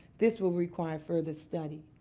this will require further study.